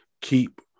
keep